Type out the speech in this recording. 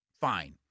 Fine